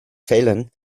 fällen